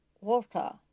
water